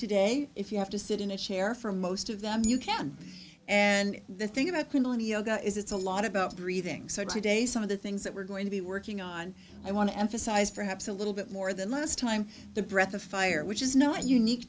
today if you have to sit in a chair for most of them you can and the thing about is it's a lot about breathing so today some of the things that we're going to be working on i want to emphasize perhaps a little bit more than last time the breath of fire which is not unique